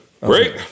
Great